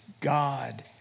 God